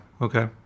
Okay